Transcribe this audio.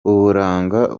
uburanga